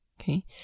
Okay